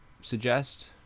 suggest